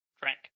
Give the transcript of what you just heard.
drink